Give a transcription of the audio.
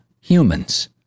humans